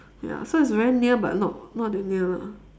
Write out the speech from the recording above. ya so it is very near but not not that near lah